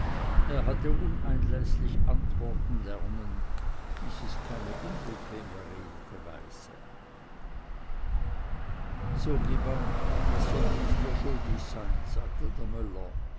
er hatte uneinläßlich antworten lernen dies ist keine unbequeme redeweise so gib an was sollte ich dir schuldig sein sagte